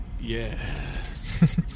Yes